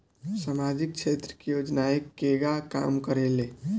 सामाजिक क्षेत्र की योजनाएं केगा काम करेले?